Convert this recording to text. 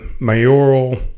mayoral